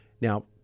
Now